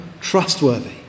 trustworthy